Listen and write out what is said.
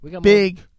Big